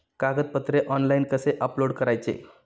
कागदपत्रे ऑनलाइन कसे अपलोड करायचे?